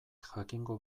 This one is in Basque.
jakingo